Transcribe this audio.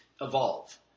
evolve